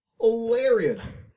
hilarious